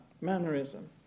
mannerism